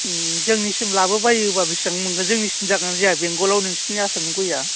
जोंनिसिम लाबोबायोबा बेसेबां मोनगोन जोंनिथिं जागोन ना जाया बेंगलाव नोंसोरनि आसामनि गया